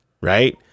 right